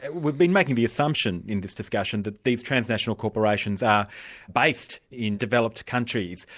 and we've been making the assumption in this discussion that these transnational corporations are based in developed countries,